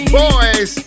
boys